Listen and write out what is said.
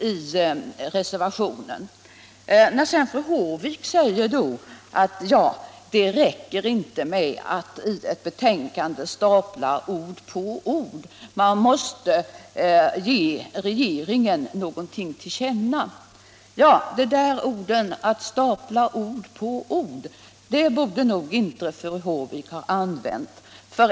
Fru Håvik säger att det inte räcker med att i ett betänkande stapla ord på ord — man måste ge regeringen sin uppfattning till känna. Uttrycket ”att stapla ord på ord” borde nog inte fru Håvik ha använt.